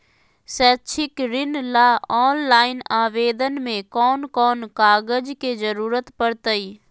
शैक्षिक ऋण ला ऑनलाइन आवेदन में कौन कौन कागज के ज़रूरत पड़तई?